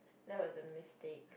no wasn't mistake